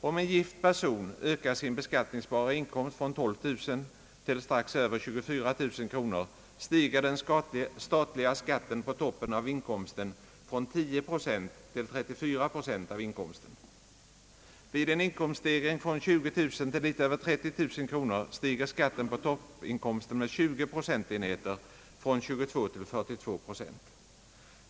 Om en gift person ökar sin beskattningsbara inkomst från 12000 till strax över 24 000 kronor stiger den statliga skatten på toppen av inkomsten från 10 till 34 procent av inkomsten. Vid en inkomststegring från 20000 till något över 30000 kronor stiger skatten på toppinkomsten med 20 procentenheter, från 22 till 42 procent.